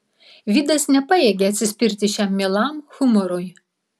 vidas nepajėgė atsispirti šiam mielam humorui